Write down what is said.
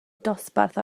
dosbarth